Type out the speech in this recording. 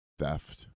theft